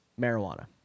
marijuana